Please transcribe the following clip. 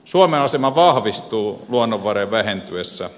suomen asema vahvistuu luonnonvarojen vähentyessä